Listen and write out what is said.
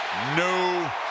no